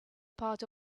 part